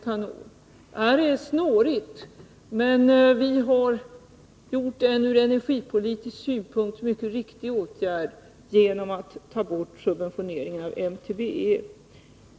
Det här är snårigt, men vi har vidtagit en ur energipolitisk synpunkt riktig åtgärd genom att ta bort subventioneringen av MTBE.